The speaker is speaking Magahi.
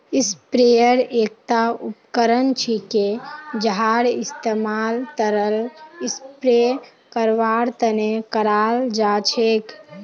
स्प्रेयर एकता उपकरण छिके जहार इस्तमाल तरल स्प्रे करवार तने कराल जा छेक